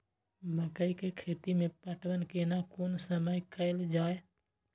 मकई के खेती मे पटवन केना कोन समय कैल जाय?